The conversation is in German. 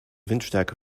windstärke